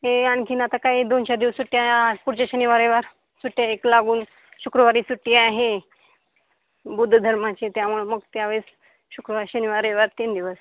हे आणखी आता काही दोन चार दिवस सुट्ट्या पुढच्या शनिवार रविवार सुट्ट्या एक लागून शुक्रवारी सुट्टी आहे बुद्ध धर्माची त्यामुळं मग त्यावेळेस शुक्रवार शनिवार रविवार तीन दिवस